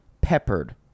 peppered